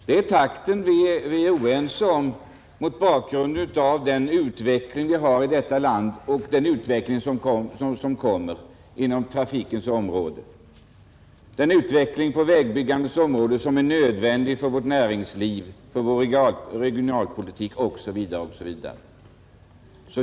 Vi är oense om takten mot bakgrunden av den utveckling vi har och den utveckling som kommer inom trafikens område i detta tand, den utveckling på vägbyggandets område som är nödvändig för vårt näringsliv, för regionalpolitik osv.